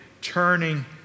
turning